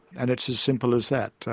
and it's as simple as that.